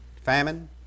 famine